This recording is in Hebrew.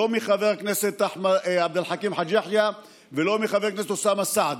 לא מחבר הכנסת עבד אל חכים חאג' יחיא ולא מחבר הכנסת אוסאמה סעדי.